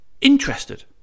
Interested